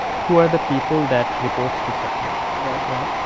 who are the people that reports to satya. right. right.